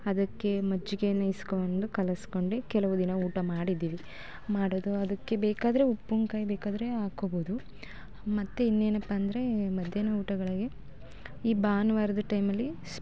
ಅದಕ್ಕೆ ಮಜ್ಜಿಗೇನ ಇಸ್ಕೊಂಡು ಕಲಸ್ಕೊಂಡು ಕೆಲವು ದಿನ ಊಟ ಮಾಡಿದ್ದೀವಿ ಮಾಡೋದು ಅದಕ್ಕೆ ಬೇಕಾದರೆ ಉಪ್ಪಿನ್ಕಾಯ್ ಬೇಕಾದರೆ ಹಾಕ್ಕೊಬೋದು ಮತ್ತು ಇನ್ನೇನಪ್ಪಾ ಅಂದರೆ ಮಧ್ಯಾಹ್ನ ಊಟಗಳಗೆ ಈ ಭಾನುವಾರದ ಟೈಮಲ್ಲಿ